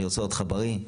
אני רוצה אותך בריא,